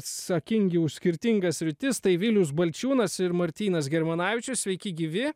atsakingi už skirtingas sritis tai vilius balčiūnas ir martynas germanavičius sveiki gyvi